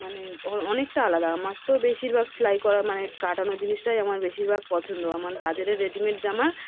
মানে অনেকটা আলাদা আমার তো বেশিরভাগ সেলাই করা মানে কাটানো জিনিসটাই আমার বেশিরভাগ পছন্দ আমার বাজারের রেডিমেট জামা